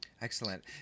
Excellent